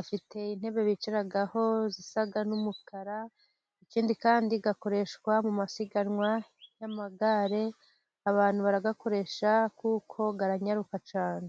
,afite intebe bicaraho zisa n'umukara, ikindi kandi akoreshwa mu masiganwa y'amagare ,abantu bayakoresha kuko aranyaruka cyane.